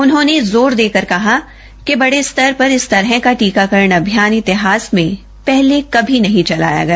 उन्होंने जोर देकर कहा कि बड़े स्तर पर इस तरह का टीकाकरण अभियान इतिहास में पहले कभी नहीं चलाया गया